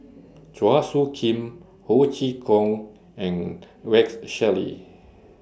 Chua Soo Khim Ho Chee Kong and Rex Shelley